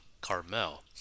Carmel